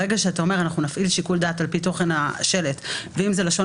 ברגע שאתה אומר שאתה תפעיל שיקול דעת על פי תוכן השלט: אם זה "לשון